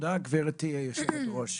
תודה גברתי יושבת הראש.